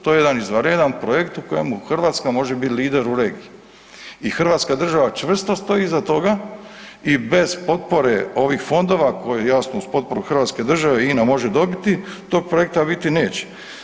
To je jedan izvanredan projekt u kojemu Hrvatska može biti lider u regiji i hrvatska država čvrsto stoji iza toga i bez potpore ovih fondova koji jasno, uz potporu hrvatske države, INA može dobiti, tog projekta biti neće.